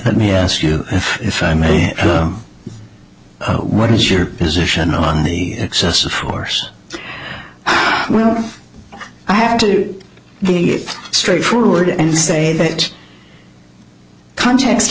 let me ask you if i may what is your position on the excessive force i have to be straightforward and say that context